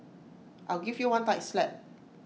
I'll give you one tight slap